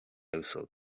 uasal